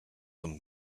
then